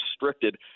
restricted